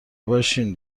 باشین